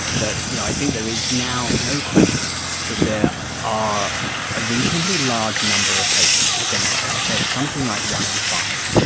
that you know i think there is now no question that there are a reasonably large number of patients, and again, i'll i'll say something like one in five,